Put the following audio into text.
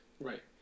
Right